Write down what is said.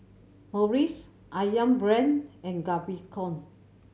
Morries Ayam Brand and Gaviscon